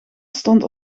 stond